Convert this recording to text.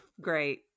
great